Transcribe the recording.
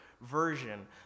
version